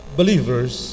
believers